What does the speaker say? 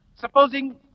supposing